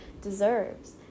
deserves